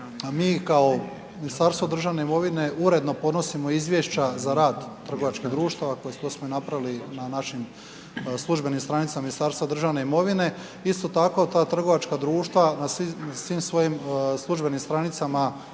mi kao Ministarstvo državne imovine uredno podnosimo izvješća za rad trgovačkih društava kao što smo i napravili na našim službenim stranicama Ministarstva državne imovine. Isto tako ta trgovačka društva na svim svojim službenim stranicama